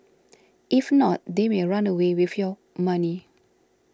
if not they may run away with your money